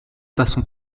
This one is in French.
passons